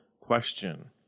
question